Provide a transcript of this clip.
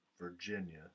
Virginia